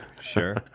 sure